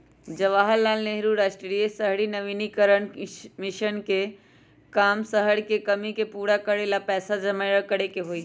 जवाहर लाल नेहरू राष्ट्रीय शहरी नवीकरण मिशन के काम शहर के कमी के पूरा करे ला पैसा जमा करे के हई